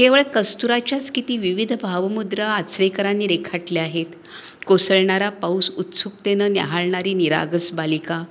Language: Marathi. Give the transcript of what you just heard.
केवळ कस्तुराच्याच किती विविध भावमुद्रा आचरेकरांनी रेखाटल्या आहेत कोसळणारा पाऊस उत्सुकतेनं न्याहाळणारी निरागस बालिका